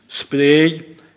Spray